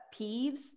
peeves